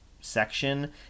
section